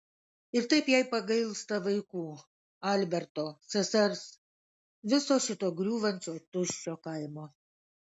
ir taip jai pagailsta vaikų alberto sesers viso šito griūvančio tuščio kaimo